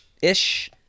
ish